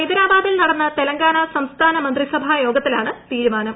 ഹൈദരാബാദിൽ നടന്ന തെലങ്കാന സംസ്ഥാന മന്ത്രിസഭാ യോഗത്തിലാണ് തീരുമാനം